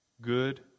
good